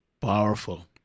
Powerful